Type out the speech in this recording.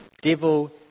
Devil